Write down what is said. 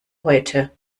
heute